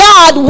God